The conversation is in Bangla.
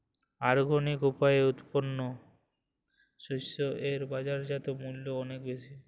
অর্গানিক উপায়ে উৎপন্ন শস্য এর বাজারজাত মূল্য অনেক বেশি